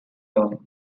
loan